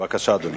בבקשה, אדוני.